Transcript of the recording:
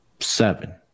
Seven